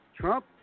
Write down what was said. Trump